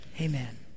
Amen